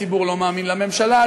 הציבור לא מאמין לממשלה,